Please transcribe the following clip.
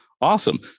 Awesome